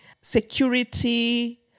security